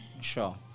sure